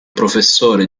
professore